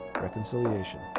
reconciliation